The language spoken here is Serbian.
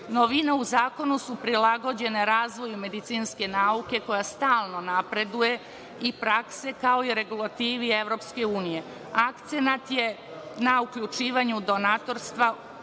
u zakonu su prilagođene razvoju medicinske nauke koja stalno napreduje i prakse, kao i regulativi EU. Akcenat je na uključivanju donatorstva i